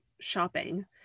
shopping